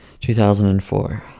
2004